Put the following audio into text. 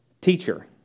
Teacher